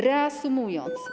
Reasumując,